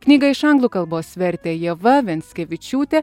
knygą iš anglų kalbos vertė ieva venskevičiūtė